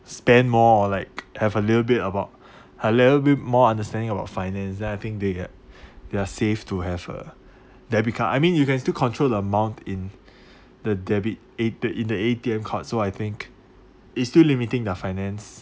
spend more on like have a little bit about a little bit more understanding about finance then I think they are they are safe to have a debit card I mean you can still control the amount in the debit A the in the A_T_M card so I think it's still limiting their finance